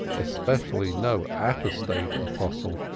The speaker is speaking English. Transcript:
especially no apostate-apostle.